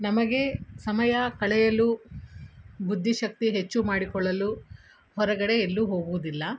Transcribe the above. ನಮಗೆ ಸಮಯ ಕಳೆಯಲು ಬುದ್ದಿ ಶಕ್ತಿ ಹೆಚ್ಚು ಮಾಡಿಕೊಳ್ಳಲು ಹೊರಗಡೆ ಎಲ್ಲೂ ಹೋಗುವುದಿಲ್ಲ